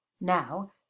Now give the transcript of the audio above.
now